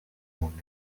umuntu